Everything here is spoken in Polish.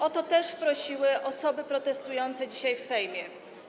O to też prosiły osoby protestujące dzisiaj w Sejmie.